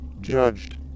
judged